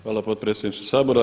Hvala potpredsjedniče Sabora.